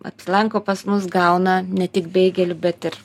apsilanko pas mus gauna ne tik beigelių bet ir